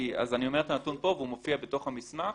אני אומר את הנתון כאן והוא מופיע בתוך המסמך.